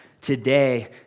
today